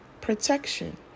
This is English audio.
protection